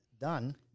done